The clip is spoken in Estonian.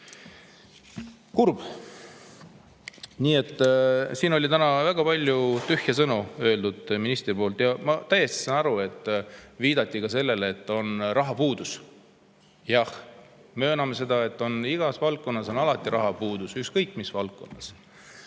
Kurb. Nii et siin sai täna väga palju tühje sõnu öeldud ministri poolt. Ma saan täiesti aru, et viidati ka sellele, et on rahapuudus. Jah, mööname seda, et igas valdkonnas on alati rahapuudus, ükskõik mis valdkonnas.